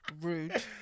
Rude